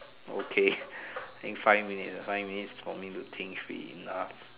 okay in five minute ah five minutes for me to think should be enough